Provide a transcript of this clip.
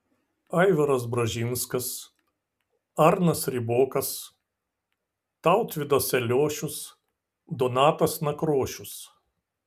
aivaras bražinskas arnas ribokas tautvydas eliošius donatas nakrošius